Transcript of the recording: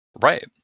Right